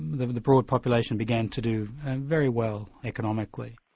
the broad population, began to do very well economically.